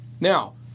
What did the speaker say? Now